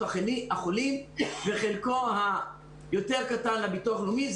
החולים חלקו היותר קטן לביטוח הלאומי.